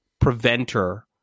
preventer